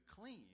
clean